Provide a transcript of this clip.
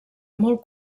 molt